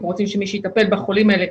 אנחנו רוצים שמי שיטפל בחולים האלה,